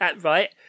right